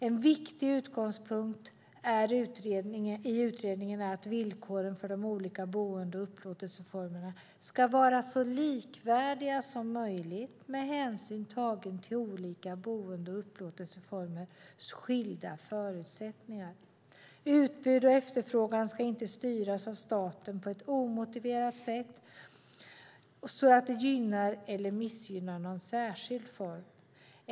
En viktig utgångspunkt för utredningen är att villkoren för de olika boende och upplåtelseformerna ska vara så likvärdiga som möjligt med hänsyn tagen till de olika boende och upplåtelseformernas skilda förutsättningar. Utbud och efterfrågan ska inte styras av att staten på ett omotiverat sätt gynnar eller missgynnar någon särskild form.